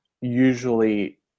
usually